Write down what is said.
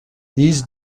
these